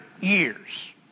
years